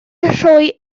rhoi